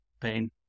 pain